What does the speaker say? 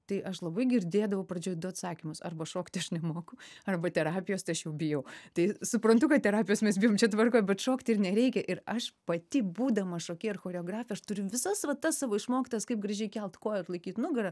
tai aš labai girdėdavau pradžioj du atsakymus arba šokti aš nemoku arba terapijos tai aš jau bijau tai suprantu kad terapijos mes bijom čia tvarkoj bet šokti ir nereikia ir aš pati būdama šokėja ar choreografė aš turiu visas tas savo išmoktas kaip gražiai kelt koją atlaikyt nugarą